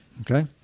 Okay